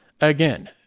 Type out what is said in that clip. Again